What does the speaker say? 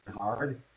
hard